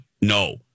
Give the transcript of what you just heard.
no